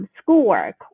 Schoolwork